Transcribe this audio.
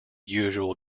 usual